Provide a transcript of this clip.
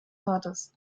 vaters